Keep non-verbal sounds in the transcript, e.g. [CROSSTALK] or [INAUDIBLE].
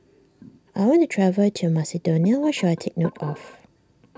I want to travel to Macedonia [NOISE] what should I take note of